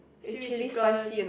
seaweed chicken